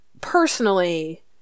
personally